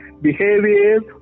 behaviors